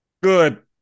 Good